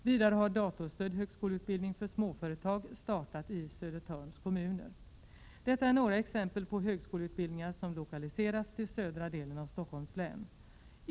Vidare har datorstödd högskoleutbildning för småföretag startat i Södertörns kommuner. Detta är några exempel på högskoleutbildningar som lokaliserats till södra delen av Stockholms län.